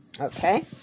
okay